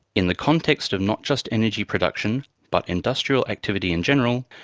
in the context of not just energy production but industrial activity in general,